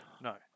No